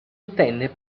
ottenne